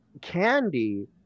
Candy